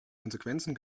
konsequenzen